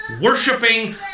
worshipping